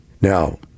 Now